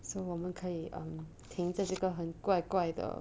so 我们可以 um 停这一个很怪怪的